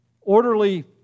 orderly